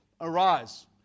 Arise